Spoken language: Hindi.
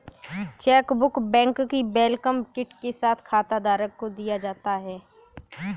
चेकबुक बैंक की वेलकम किट के साथ खाताधारक को दिया जाता है